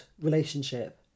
relationship